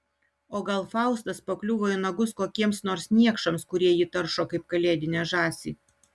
o gal faustas pakliuvo į nagus kokiems nors niekšams kurie jį taršo kaip kalėdinę žąsį